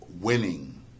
winning